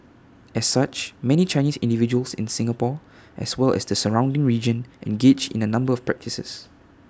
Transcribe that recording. as such many Chinese individuals in Singapore as well as the surrounding region engage in A number of practices